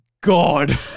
God